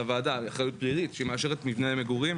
יש על הוועדה אחריות פלילית כשהיא מאשרת מבני מגורים.